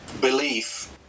belief